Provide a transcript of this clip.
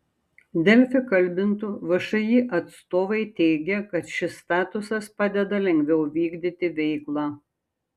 delfi kalbintų všį atstovai teigė kad šis statusas padeda lengviau vykdyti veiklą